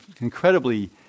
incredibly